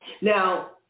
Now